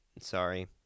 Sorry